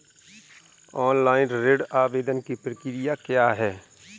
Online ऋण आवेदन की प्रक्रिया क्या है?